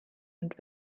und